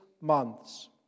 months